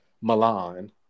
Milan